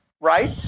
right